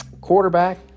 Quarterback